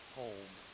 home